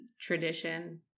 tradition